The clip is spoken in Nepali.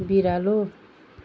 बिरालो